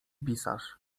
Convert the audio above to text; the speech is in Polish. pisarz